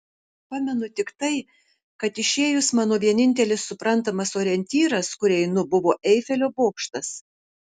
pamenu tik tai kad išėjus mano vienintelis suprantamas orientyras kur einu buvo eifelio bokštas